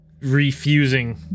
refusing